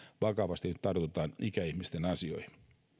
vakavasti tartutaan ikäihmisten asioihin